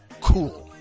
cool